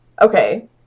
Okay